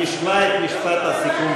יואל, ואנחנו נשמע את משפט הסיכום שלך.